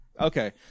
Okay